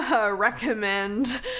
recommend